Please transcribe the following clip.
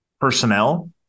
personnel